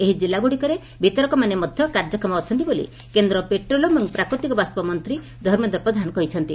ଏହି ଜିଲ୍ଲଗୁଡ଼ିକରେ ବିତରକମାନେ ମଧ୍ଧ କାର୍ଯ୍ୟକ୍ଷମ ଅଛନ୍ତି ବୋଲି କେନ୍ଦ ପେଟ୍ରୋଲିୟମ୍ ଏବଂ ପ୍ରାକୃତିକ ବାଷ୍ଟ ମନ୍ତୀ ଧର୍ମେନ୍ଦ୍ର ପ୍ରଧାନ କହିଛନ୍ତି